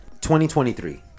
2023